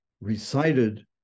recited